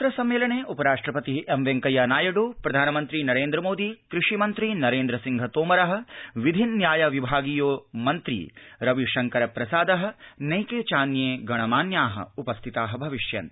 अत्र सम्मेलने उपराष्ट्रपति एम् वेंकैया नायड् प्रधानमन्त्री नरेन्द्र मोदी कृषिमन्त्री नरेन्द्र सिंह तोमर विधि न्याय विभागीयो मन्त्री रविशंकर प्रसाद नैके चान्ये गणमान्या उपस्थिता भविष्यन्ति